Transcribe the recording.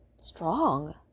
strong